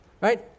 right